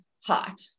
hot